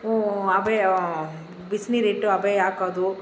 ಹ್ಞೂ ಹಬೆ ಬಿಸಿನೀರಿಟ್ಟು ಹಬೆ ಹಾಕೋದು